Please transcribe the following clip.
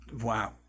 wow